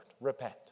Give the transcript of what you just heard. repent